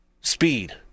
Speed